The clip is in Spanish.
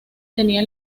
tenía